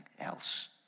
else